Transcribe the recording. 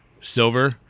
Silver